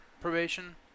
probation